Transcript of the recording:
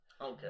Okay